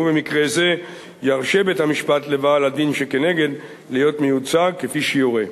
במקרה זה ירשה בית-המשפט לבעל-הדין שכנגד להיות מיוצג כפי שיורה.